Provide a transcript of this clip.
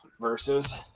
versus